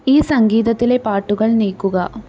ഈ സംഗീതത്തിലെ പാട്ടുകൾ നീക്കുക